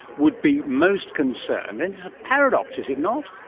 would be most concerned, and it's a paradox, is it not?